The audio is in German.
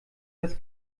das